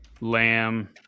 Lamb